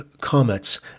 comets